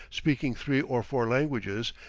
speaking three or four languages,